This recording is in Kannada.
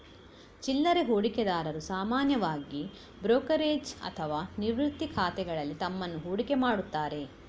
ಚಿಲ್ಲರೆ ಹೂಡಿಕೆದಾರರು ಸಾಮಾನ್ಯವಾಗಿ ಬ್ರೋಕರೇಜ್ ಅಥವಾ ನಿವೃತ್ತಿ ಖಾತೆಗಳಲ್ಲಿ ತಮ್ಮನ್ನು ಹೂಡಿಕೆ ಮಾಡುತ್ತಾರೆ